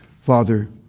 Father